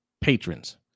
patrons